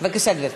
בבקשה, גברתי.